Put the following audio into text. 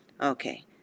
Okay